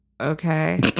okay